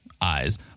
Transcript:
eyes